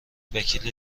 وکیل